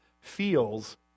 feels